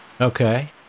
okay